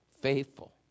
Faithful